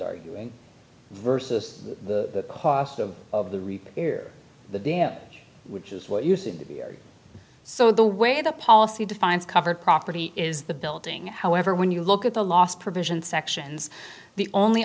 arguing versus the cost of of the repair the damage which is what you seem to be so the way the policy defines covered property is the building however when you look at the last provision sections the only